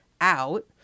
out